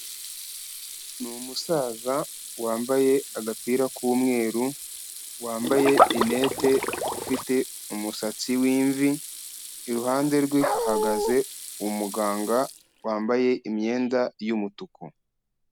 Ni musaza wambaye agapira k'umweru, wambaye rinete ufite umusatsi w'imvi, iruhande rwe hahagaze umuganga wambaye imyenda y'umutuku.